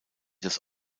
das